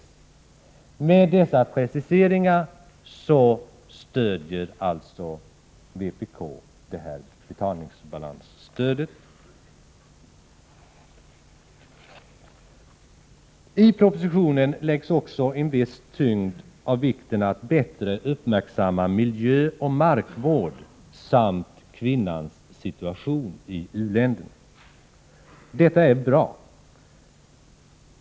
Efter dessa preciseringar stöder alltså vpk detta betalningsbalansstöd. I propositionen läggs också en viss tyngd vid vikten av att bättre uppmärksamma miljöoch markvård samt kvinnans situation i u-länderna. Detta är bra.